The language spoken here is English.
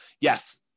yes